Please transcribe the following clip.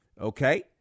Okay